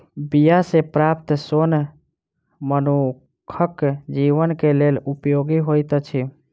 बीया सॅ प्राप्त सोन मनुखक जीवन के लेल उपयोगी होइत अछि